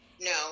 No